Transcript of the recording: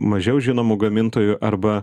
mažiau žinomų gamintojų arba